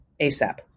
ASAP